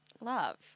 Love